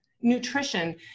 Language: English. nutrition